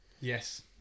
Yes